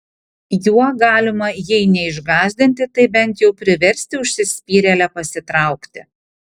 juo galima jei neišgąsdinti tai bent jau priversti užsispyrėlę pasitraukti